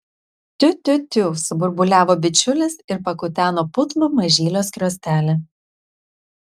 tiu tiu tiu suburbuliavo bičiulis ir pakuteno putlų mažylio skruostelį